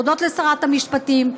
להודות לשרת המשפטים,